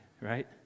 Right